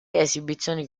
esibizioni